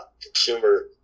consumer